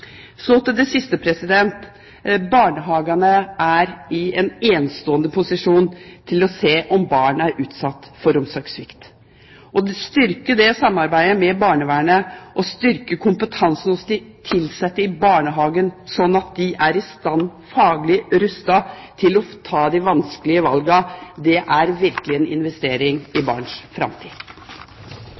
Så til det siste: Barnehagene er i en enestående posisjon til å se om barn er utsatt for omsorgssvikt. Å styrke samarbeidet med barnevernet og å styrke kompetansen hos de ansatte i barnehagen slik at de er faglig i stand til å ta de vanskelige valgene, er virkelig en investering i barns framtid.